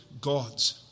gods